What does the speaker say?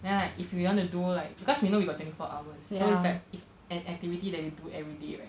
then like if you want to do like because we know we got twenty four hours so it's like if an activity that we do everyday right